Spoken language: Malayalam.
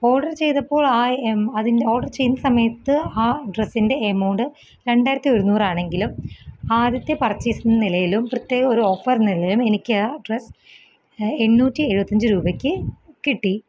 ഓര്ഡര് ചെയ്തപ്പോള് ആയി അതിന്റെ ഓര്ഡര് ചെയ്യുന്ന സമയത്ത് ആ ഡ്രസ്സിന്റെ എമൗണ്ട് രണ്ടായിരത്തി ഒരുന്നൂറാണെങ്കിലും ആദ്യത്തെ പര്ച്ചേസ് എന്ന നിലയിലും പ്രത്യേക ഒരു ഓഫര് എന്ന നിലയിലും എനിക്കാ ഡ്രസ്സ് എണ്ണൂറ്റി എഴുപത്തിയഞ്ച് രൂപക്ക് കിട്ടി